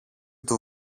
του